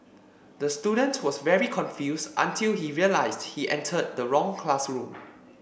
the student was very confused until he realised he entered the wrong classroom